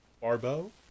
Barbo